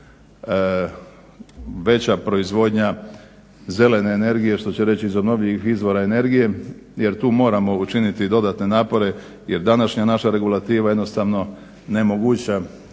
veća proizvodnja zelene energije što će reći iz obnovljivih izvora energije jer tu moramo učiniti i dodatne napore, jer današnja naša regulativa jednostavno ne omoguća,